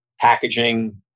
packaging